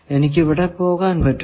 എനിക്ക് ഇവിടെ പോകാൻ പറ്റുമോ